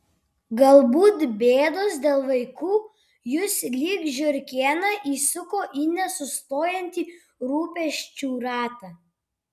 galbūt bėdos dėl vaikų jus lyg žiurkėną įsuko į nesustojantį rūpesčių ratą